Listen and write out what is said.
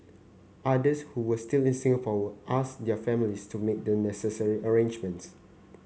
others who were still in Singapore asked their families to make the necessary arrangements